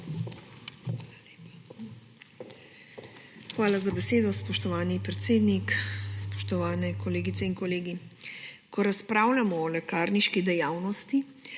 Hvala za besedo, spoštovani predsednik. Spoštovani kolegice in kolegi! Ko razpravljamo o lekarniški dejavnosti,